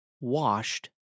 washed